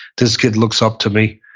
this kid looks up to me.